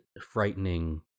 frightening